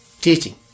teaching